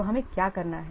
तो हमें क्या करना है